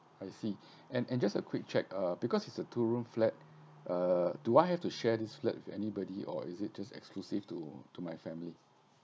I see and and just a quick check uh because is a two room flat uh do I have to share this flat with anybody or is it just exclusive to to my family